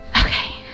Okay